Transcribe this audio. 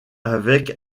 avec